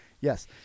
yes